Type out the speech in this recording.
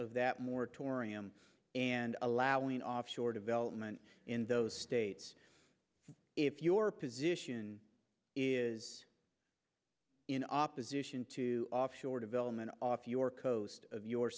of that moratorium and allowing offshore development in those states if your position is in opposition to offshore development off your coast of your